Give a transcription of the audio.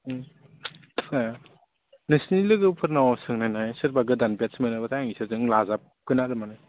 ए नोंसोरनि लोगोफोरनाव सोंनायनाय सोरबा गोदान बेत्स मोनोबाथाय आं बिसोरजोंनो लाजाबगोन आरो माने